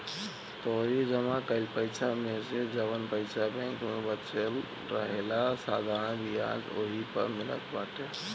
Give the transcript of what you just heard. तोहरी जमा कईल पईसा मेसे जवन पईसा बैंक में बचल रहेला साधारण बियाज ओही पअ मिलत बाटे